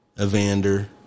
Evander